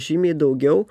žymiai daugiau